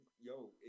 Yo